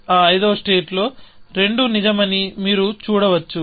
ఆ ఐదవ స్టేట్ లో రెండూ నిజమని మీరు చూడవచ్చు